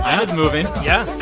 ina's moving yeah